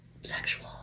sexual